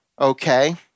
okay